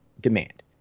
demand